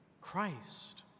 Christ